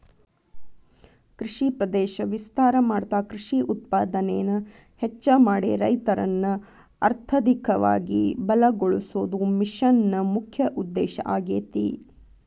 ಕೃಷಿ ಪ್ರದೇಶ ವಿಸ್ತಾರ ಮಾಡ್ತಾ ಕೃಷಿ ಉತ್ಪಾದನೆನ ಹೆಚ್ಚ ಮಾಡಿ ರೈತರನ್ನ ಅರ್ಥಧಿಕವಾಗಿ ಬಲಗೋಳಸೋದು ಮಿಷನ್ ನ ಮುಖ್ಯ ಉದ್ದೇಶ ಆಗೇತಿ